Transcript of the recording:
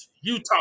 Utah